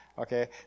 Okay